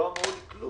לא אמרו על זה כלום.